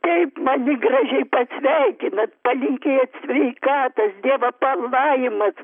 taip mani gražiai pasveikinat palinkėjat sveikatas dievą palaimas